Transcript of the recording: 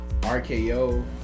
RKO